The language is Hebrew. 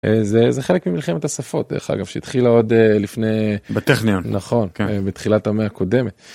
זה חלק ממלחמת השפות דרך אגב שהתחילה עוד לפני בטכניון נכון בתחילת המאה הקודמת.